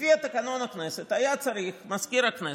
לפי תקנון הכנסת היה צריך מזכיר הכנסת,